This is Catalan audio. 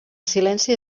silenci